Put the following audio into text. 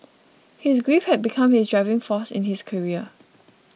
his grief had become his driving force in his career